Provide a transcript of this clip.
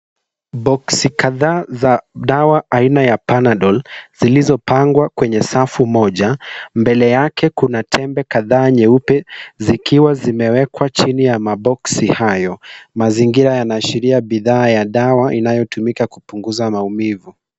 Boxi kadhaa za dawa aina ya panadol , zilizopangwa kwenye safu moja . Mbele yake kuna tembe kadhaa nyeupe zikiwa zimeekwa chini ya maboxi hayo. Mazingira yanaashiria bidhaa ya dawa inayotumika kupunguza maumivu.